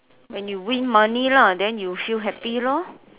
when you win money lah then you feel happy lor